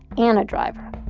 and a driver